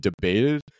debated